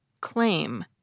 claim